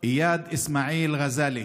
איאד אסמאעיל רזאלה,